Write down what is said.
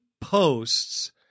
posts